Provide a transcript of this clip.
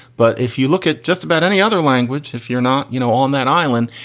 but if you look at just about any other language, if you're not, you know, on that island,